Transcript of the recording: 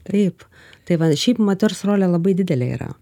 taip tai va šiaip moters rolė labai didelė yra